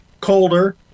colder